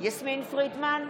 יסמין פרידמן,